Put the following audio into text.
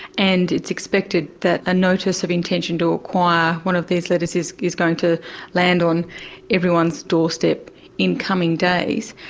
and it's accepted that a notice of intention to acquire, one of these letters is is going to land on everyone's doorstep in coming days,